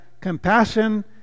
compassion